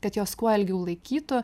kad jos kuo ilgiau laikytų